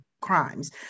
crimes